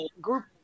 group